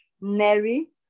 Neri